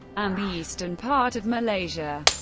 um eastern part of malaysia.